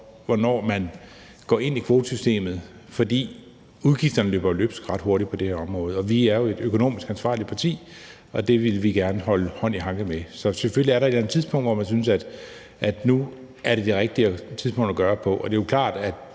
hvornår man skulle gå ind i kvotesystemet, fordi udgifterne jo løber løbsk ret hurtigt på det her område. Vi er et økonomisk ansvarligt parti, og det ville vi gerne have hånd i hanke med. Så selvfølgelig er der et eller andet tidspunkt, hvor man synes, at nu er det det rigtige tidspunkt at gøre det